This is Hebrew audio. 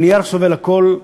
הנייר סובל הכול.